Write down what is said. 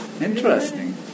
Interesting